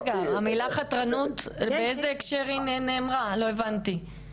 באיזה הקשר נאמרה המילה חתרנות?